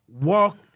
walk